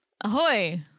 Ahoy